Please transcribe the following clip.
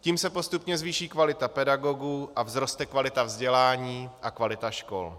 Tím se postupně zvýší kvalita pedagogů a vzroste kvalita vzdělání a kvalita škol.